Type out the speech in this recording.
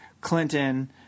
Clinton